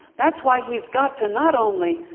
that's why he's got to not only